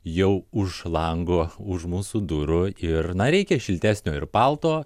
jau už lango už mūsų durų ir na reikia šiltesnio ir palto